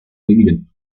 linien